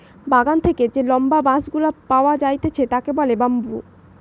বাগান থেকে যে লম্বা বাঁশ গুলা পাওয়া যাইতেছে তাকে বলে বাম্বু